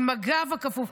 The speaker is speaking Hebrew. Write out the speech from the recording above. עם הגב הכפוף,